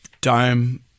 dome